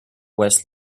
west